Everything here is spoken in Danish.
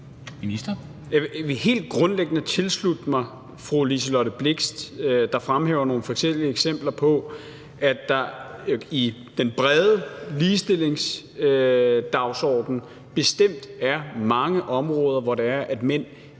Jeg vil helt grundlæggende tilslutte mig fru Liselott Blixt, der fremhæver nogle forskellige eksempler på, at der på den brede ligestillingsdagsorden bestemt er mange områder, hvor det er, at mænd